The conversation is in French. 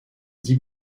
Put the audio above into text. dix